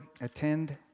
attend